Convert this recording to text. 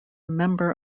member